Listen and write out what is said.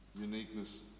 uniqueness